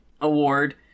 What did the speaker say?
Award